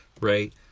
right